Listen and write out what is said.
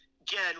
again